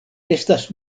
estas